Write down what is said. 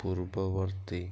ପୂର୍ବବର୍ତ୍ତୀ